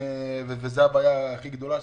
זאת הבעיה הכי גדולה,